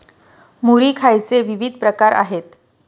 मुरी खायचे विविध प्रकार आहेत